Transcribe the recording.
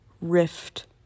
rift